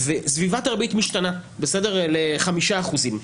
וסביבת הריבית משתנה לחמישה אחוזים.